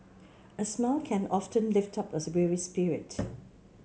a smile can often lift up a weary spirit